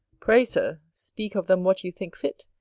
pray, sir, speak of them what you think fit,